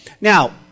Now